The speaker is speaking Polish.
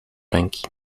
ręki